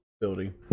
building